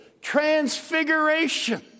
Transfiguration